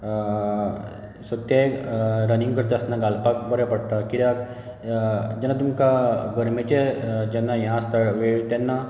so ते running करता आसतना घालपाक बऱ्या पडटा कित्याक जेन्ना तुमकां गरमेचे जेन्ना हें आसता वेळ तेन्ना